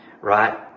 right